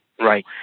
right